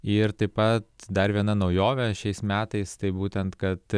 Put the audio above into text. ir taip pat dar viena naujovė šiais metais tai būtent kad